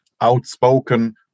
outspoken